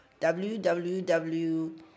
www